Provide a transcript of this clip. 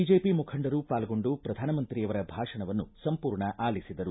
BJP ಮುಖಂಡರು ಪಾಲ್ಗೊಂಡು ಪ್ರಧಾನಮಂತ್ರಿಯವರ ಭಾಷಣವನ್ನು ಸಂಪೂರ್ಣ ಆಲಿಸಿದರು